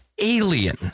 alien